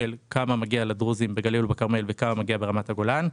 כמה מגיע לדרוזים בגליל ובכרמל וכמה מגיע לדרוזים ברמת הגולן.